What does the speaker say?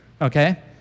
okay